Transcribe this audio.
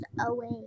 away